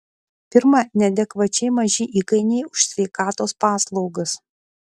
pirma neadekvačiai maži įkainiai už sveikatos paslaugas